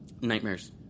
nightmares